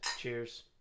Cheers